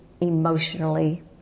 emotionally